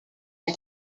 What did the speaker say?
son